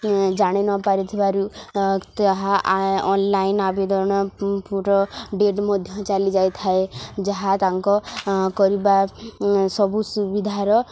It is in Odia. ଜାଣି ନ ପାରିଥିବାରୁ ତାହା ଅନଲାଇନ୍ ଆବେଦନ ପୁର ଡେଟ୍ ମଧ୍ୟ ଚାଲିଯାଇଥାଏ ଯାହା ତାଙ୍କ କରିବା ସବୁ ସୁବିଧାର